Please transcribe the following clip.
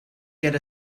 get